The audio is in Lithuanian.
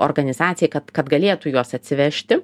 organizacijai kad kad galėtų juos atsivežti